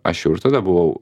aš jau ir tada buvau